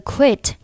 Quit